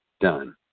done